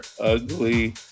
ugly